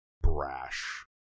brash